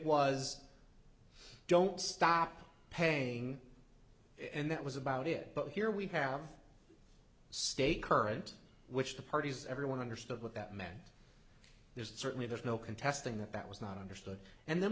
was don't stop paying and that was about it but here we have stay current which the parties everyone understood what that meant there's certainly there's no contesting that that was not understood and then